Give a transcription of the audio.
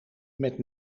met